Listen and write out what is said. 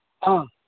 ꯑꯥ